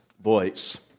voice